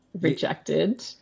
rejected